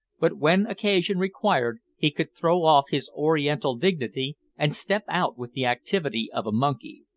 but, when occasion required, he could throw off his oriental dignity and step out with the activity of a monkey.